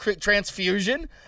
transfusion